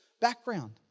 background